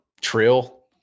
Trill